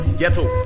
ghetto